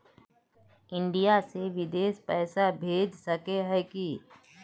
India से बिदेश पैसा भेज सके है की?